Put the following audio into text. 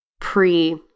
pre